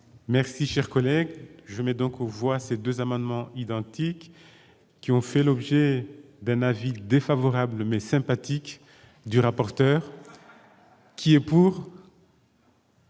Merci, cher collègue, je n'ai donc on voit ces 2 amendements identiques qui ont fait l'objet d'un avis défavorable mais sympathique du rapporteur qui est pour.